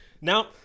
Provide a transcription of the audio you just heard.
Now